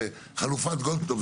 שחלופת גולדקנופף,